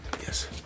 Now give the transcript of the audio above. Yes